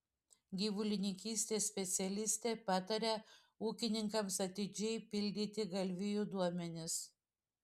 gyvulininkystės specialistė pataria ūkininkams atidžiai pildyti galvijų duomenis